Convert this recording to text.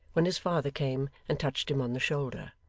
when his father came, and touched him on the shoulder.